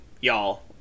y'all